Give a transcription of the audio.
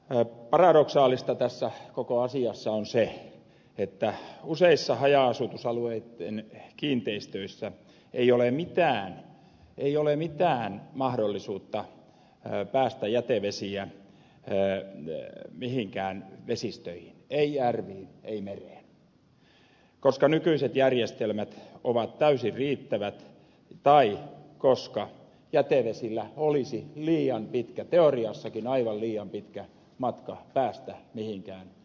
paradoksaalista tässä koko asiassa on se että useissa haja asutusalueitten kiinteistöissä ei ole mitään ei ole mitään mahdollisuutta päästää jätevesiä mihinkään vesistöihin ei järviin ei mereen koska nykyiset järjestelmät ovat täysin riittävät tai koska jätevesillä olisi liian pitkä teoriassakin aivan liian pitkä matka päästä mihinkään vesistöön